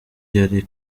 yari